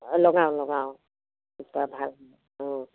লগাওঁ লগাওঁ সূতা ভাল অঁ